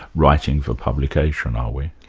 writing for publication, are we?